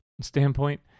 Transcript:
standpoint